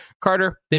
Carter